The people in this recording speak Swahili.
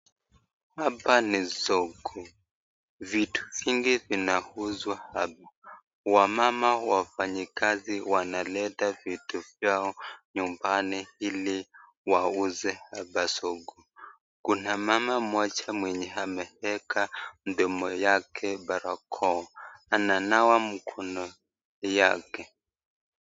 Hapa ni soko, vitu vingi vinauzwa hapa. Wamama wafanyikazi wanaleta vitu vyao nyumbani ili wauze hapa soko. Kuna mama mmoja mwenye ameweka mdomo wake , barakoa ,ananawa mkono yake.